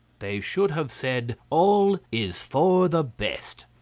they should have said all is for the best.